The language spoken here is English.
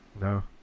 no